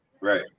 right